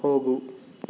ಹೋಗು